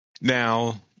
Now